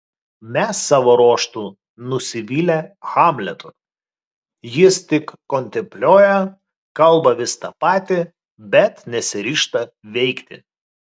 mes savo ruožtu nusivylę hamletu jis tik kontempliuoja kalba vis tą patį bet nesiryžta veikti